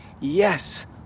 Yes